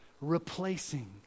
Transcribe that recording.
replacing